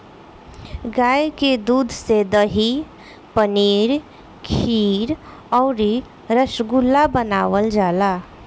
गाय के दूध से दही, पनीर खीर अउरी रसगुल्ला बनावल जाला